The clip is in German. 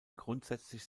grundsätzlich